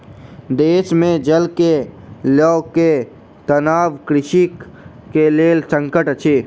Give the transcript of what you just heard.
देश मे जल के लअ के तनाव कृषक के लेल संकट अछि